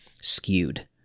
skewed